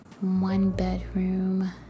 one-bedroom